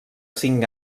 cinc